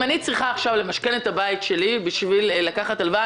אם אני צריכה עכשיו למשכן את הבית שלי בשביל לקחת הלוואה,